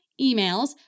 emails